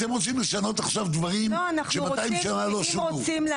אתם רוצים לשנות עכשיו דברים ש-200 שנה לא שונו.